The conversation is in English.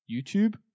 YouTube